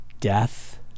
death